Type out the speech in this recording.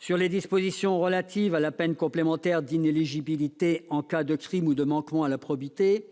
Sur les dispositions relatives à la peine complémentaire d'inéligibilité en cas de crimes ou de manquements à la probité,